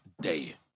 day